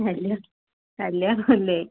കല്യാണം കല്യാണമല്ലേ